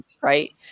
right